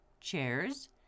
chairs